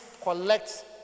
collect